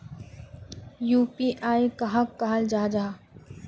UPI कहाक कहाल जाहा जाहा?